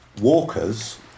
Walkers